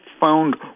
found